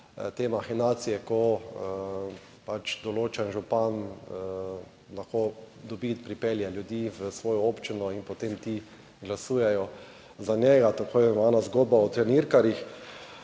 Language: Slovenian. te mahinacije, ko določen župan lahko dobi, pripelje ljudi v svojo občino in potem ti glasujejo za njega, tako imenovana zgodba o trenirkarjih,